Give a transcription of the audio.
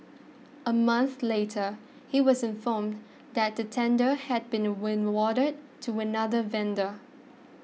a month later he was informed that the tender had been win warded to another vendor